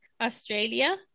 australia